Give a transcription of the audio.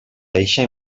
deixa